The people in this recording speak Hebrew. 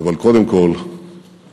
אבל קודם כול בן-אדם.